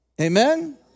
Amen